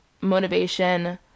motivation